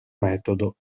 metodo